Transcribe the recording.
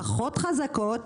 פחות חזקות,